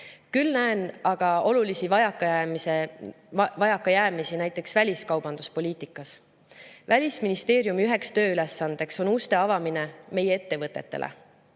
Küll näen aga olulisi vajakajäämisi näiteks väliskaubanduspoliitikas. Välisministeeriumi üks tööülesanne on uste avamine meie ettevõtetele.